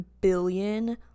billion